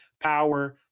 power